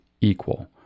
equal